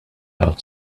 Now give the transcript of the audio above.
out